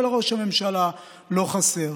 ולראש הממשלה לא חסר.